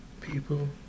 people